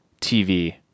TV